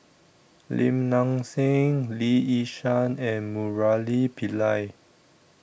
Lim Nang Seng Lee Yi Shyan and Murali Pillai